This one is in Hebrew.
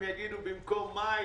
הם יאמרו במקום מאי,